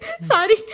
Sorry